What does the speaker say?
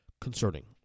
concerning